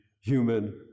human